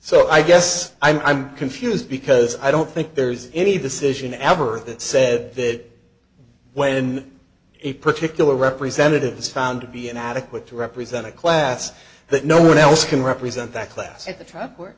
so i guess i'm confused because i don't think there's any decision ever that said that when a particular representative is found to be an adequate to represent a class that no one else can represent that class at the track where